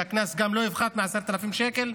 שהקנס גם לא יפחת מ-10,000 שקלים,